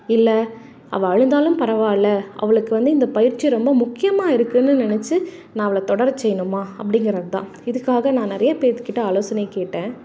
இல்லை அவள் அழுதாலும் பரவாயில்ல அவளுக்கு வந்து இந்த பயிற்சி ரொம்ப முக்கியமாக இருக்கும்னு நினைச்சு நான் அவளை தொடரச் செய்யணுமா அப்படிங்கிறது தான் இதுக்காக நான் நிறைய பேர்த்துக்கிட்ட ஆலோசனை கேட்டேன்